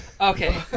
okay